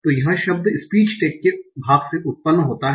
तो शब्द speech tag के भाग से उत्पन्न होता है